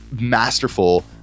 masterful